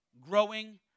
growing